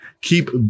Keep